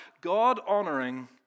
God-honoring